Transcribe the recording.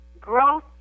growth